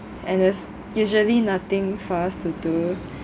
and it's usually nothing for us to do